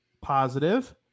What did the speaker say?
positive